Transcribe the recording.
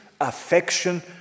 affection